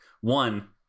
One